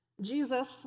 Jesus